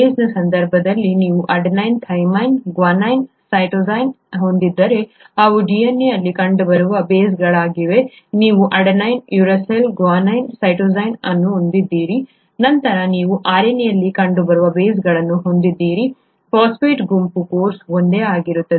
ಬೇಸ್ನ ಸಂದರ್ಭದಲ್ಲಿ ನೀವು adenine thymine guanine cytosine ಹೊಂದಿದ್ದರೆ ಅವು DNA ಅಲ್ಲಿ ಕಂಡುಬರುವ ಬೇಸ್ಗಳಾಗಿವೆ ನೀವು ಅಡೆನಿನ್ ಯುರಾಸಿಲ್ ಗ್ವಾನೈನ್ ಸೈಟೋಸಿನ್ ಅನ್ನು ಹೊಂದಿದ್ದೀರಿ ನಂತರ ನೀವು RNA ಅಲ್ಲಿ ಕಂಡುಬರುವ ಬೇಸ್ಗಳನ್ನು ಹೊಂದಿದ್ದೀರಿ ಫಾಸ್ಫೇಟ್ ಗುಂಪು ಕೋರ್ಸ್ ಒಂದೇ ಆಗಿರುತ್ತದೆ